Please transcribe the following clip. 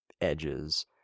edges